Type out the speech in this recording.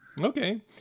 Okay